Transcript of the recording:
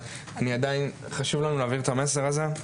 ועדיין חשוב לנו להעביר את המסר הזה.